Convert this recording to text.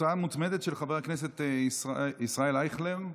הצעה מוצמדת של חבר הכנסת ישראל אייכלר.